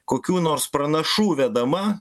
kokių nors pranašų vedama